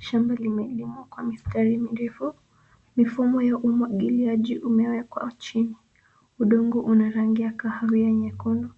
Shamba limelimwa kwa mistari mirefu. Mifumo ya umwagiliaji umewekwa chini. Udongo una rangi ya kahawia nyekundu.